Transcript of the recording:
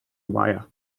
wire